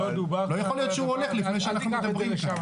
לא דובר כאן --- לא יכול להיות שהוא הולך לפני שאנחנו מדברים כאן.